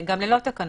גם ללא תקנות.